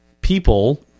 people